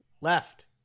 left